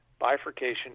bifurcation